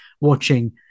watching